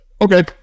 okay